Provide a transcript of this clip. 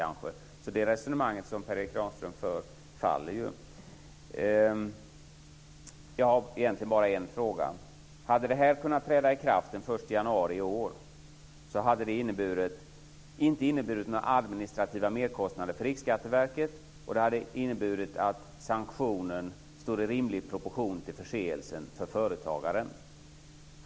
Därmed faller det resonemang som Jag har egentligen bara en fråga. Hade detta kunnat träda i kraft den 1 januari i år hade det inte inneburit några administrativa merkostnader för Riksskatteverket. Då hade sanktionen för företagaren stått i rimlig proportion till förseelsen.